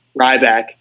Ryback